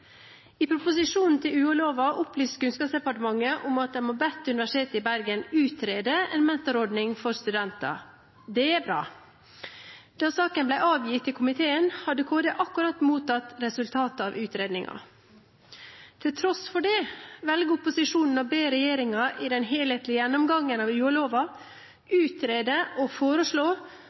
I proposisjonen til UH-loven, universitets- og høyskoleloven, opplyser Kunnskapsdepartementet om at de har bedt Universitetet i Bergen utrede en mentorordning for studenter. Det er bra. Da saken ble avgitt i komiteen, hadde Kunnskapsdepartementet akkurat mottatt resultatet av utredningen. Til tross for det velger opposisjonen å be regjeringen i den helhetlige gjennomgangen av UH-loven utrede og foreslå